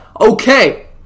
okay